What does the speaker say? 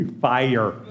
Fire